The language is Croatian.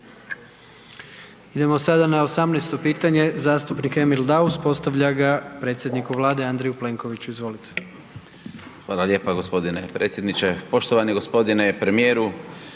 Idemo sada na 18.-to pitanje zastupnik Emil Daus, postavlja ga predsjedniku Vlade Andreju Plenkoviću, izvolite. **Daus, Emil (IDS)** Hvala lijepo g. predsjedniče. Poštovani g. premijeru.